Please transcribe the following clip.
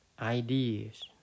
ideas